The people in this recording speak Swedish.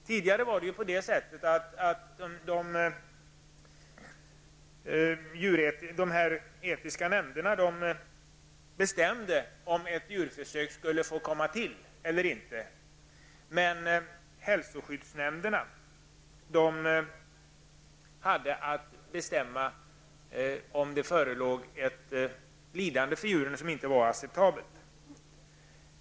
Tidigare bestämde ju de etiska nämnderna om huruvida ett djurförsök skulle få komma till stånd eller inte. Men hälsoskyddsnämnderna hade att avgöra om det förelåg risk ett för lidande för djuren som inte var acceptabelt.